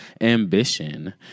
ambition